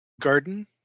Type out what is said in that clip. garden